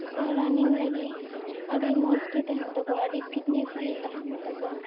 ᱥᱮ ᱨᱟᱱᱤᱝ ᱞᱟᱹᱜᱤᱫ ᱟᱹᱰᱤ ᱢᱚᱡᱽ ᱜᱮ ᱛᱟᱦᱮᱱ ᱛᱟᱠᱚᱭᱟ ᱟᱹᱰᱤ ᱯᱷᱤᱴᱱᱮᱥ ᱜᱮ ᱛᱟᱦᱮᱱ ᱛᱟᱠᱚᱭᱟ